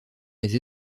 les